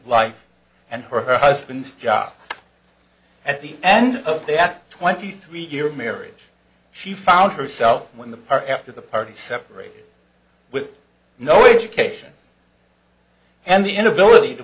life and her husband's job at the end of the at twenty three year marriage she found herself when the power after the party separate with no education and the inability to